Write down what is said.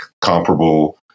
comparable